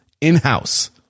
in-house